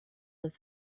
that